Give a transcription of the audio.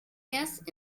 erst